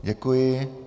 Děkuji.